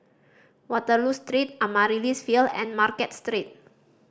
Waterloo Street Amaryllis Ville and Market Street